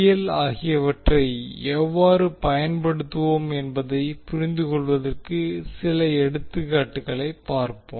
L ஆகியவற்றை எவ்வாறு பயன்படுத்துவோம் என்பதைப் புரிந்துகொள்வதற்கு சில எடுத்துக்காட்டுகளைப் பார்ப்போம்